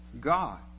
God